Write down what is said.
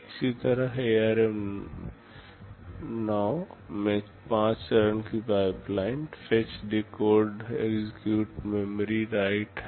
इसी तरह ARM9 में 5 चरण की pipeline fetch decode execute memory write है